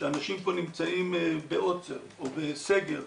שאנשים פה נמצאים בעוצר או בסגר,